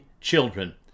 children